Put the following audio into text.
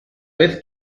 vez